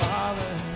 Father